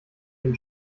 den